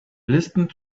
listened